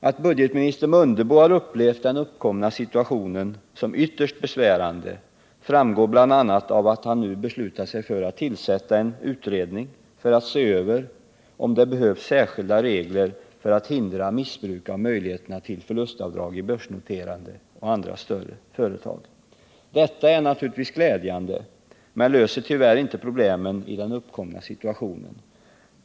Att budgetoch ekonomiminister Mundebo har upplevt den uppkomna situationen som ytterst besvärande framgår bl.a. av att han nu beslutat sig för att tillsätta en utredning, som skall se över om det behövs särskilda regler för att förhindra missbruk av möjligheterna till förlustavdrag i börsnoterade och andra större företag. Detta är naturligtvis glädjande, men det löser tyvärr inte problemen i den uppkomna situationen.